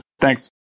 Thanks